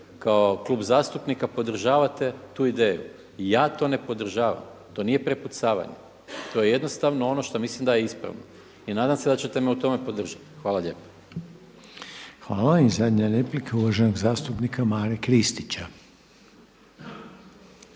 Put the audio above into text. kao klub zastupnika podržavate tu ideju? Ja to ne podržavam, to nije prepucavanje, to je jednostavno ono što mislim da je ispravno i nadam se da ćete me u tome podržati. Hvala lijepo. **Reiner, Željko (HDZ)** Hvala. I zadnja replika uvaženog zastupnika Mare Kristića.